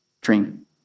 dream